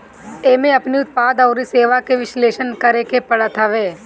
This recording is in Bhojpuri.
एमे अपनी उत्पाद अउरी सेवा के विश्लेषण करेके पड़त हवे